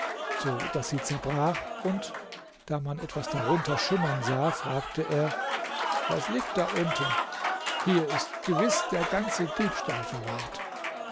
so daß sie zerbrach und da man etwas darunter schimmern sah fragte er was liegt da unten hier ist gewiß der ganze diebstahl verwahrt